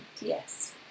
Yes